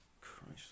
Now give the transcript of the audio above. Christ